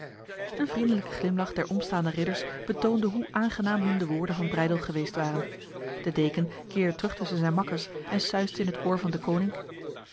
een vriendelijke glimlach der omstaande ridders betoonde hoe aangenaam hun de woorden van breydel geweest waren de deken keerde terug tussen zijn makkers en suisde in het oor van